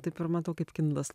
taip ir matau kaip kindlas